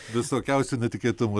visokiausių netikėtumų